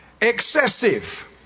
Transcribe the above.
excessive